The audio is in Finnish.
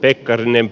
pekkarinen